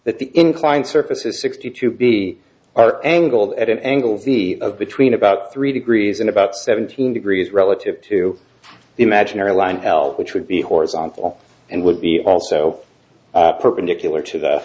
that the inclined surface is sixty to be angled at an angle of the of between about three degrees and about seventeen degrees relative to the imaginary line l which would be horizontal and would be also perpendicular to the